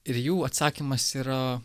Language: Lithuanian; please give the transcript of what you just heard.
ir jų atsakymas yra